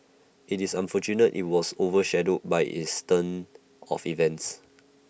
IT is unfortunate IT was over shadowed by is turn of events